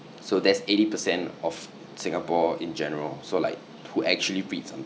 so that's eighty percent of singapore in general so like to actually read something